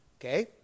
Okay